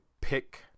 pick